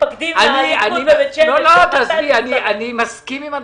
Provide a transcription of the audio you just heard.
אני מסכים.